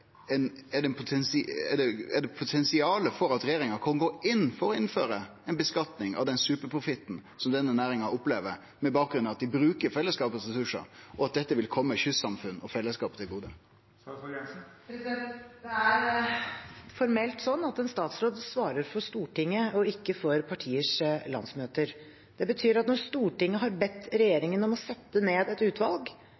potensial for at regjeringa kan gå inn for å innføre ei skattlegging av den superprofitten som næringa opplever, med bakgrunn i at dei bruker fellesskapet sine ressursar, og at dette vil kome kystsamfunna og fellesskapet til gode? Det er formelt sånn at en statsråd svarer for Stortinget og ikke for partiers landsmøter. Det betyr at når Stortinget har bedt